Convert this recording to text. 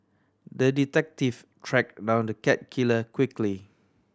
the detective track down the cat killer quickly